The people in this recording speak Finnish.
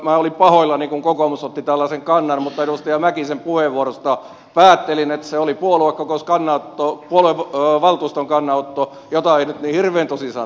minä olin pahoillani kun kokoomus otti tällaisen kannan mutta edustaja mäkisen puheenvuorosta päättelin että se oli puoluevaltuuston kannanotto jota ei nyt niin hirveän tosissaan tarvitse ottaa